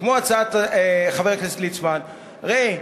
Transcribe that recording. כמו חבר הכנסת ליצמן: ראה,